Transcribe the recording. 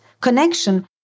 connection